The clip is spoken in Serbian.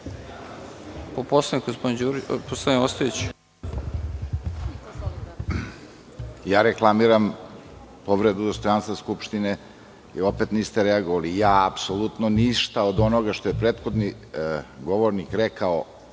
Reklamiram povredu dostojanstva Skupštine. Vi opet niste reagovali. Ja apsolutno ništa, od onoga što je prethodni govornik rekao